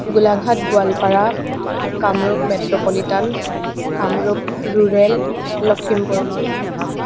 Golaghat Goalpara Kamrup metropolitan Kamrup rural Lakhimpur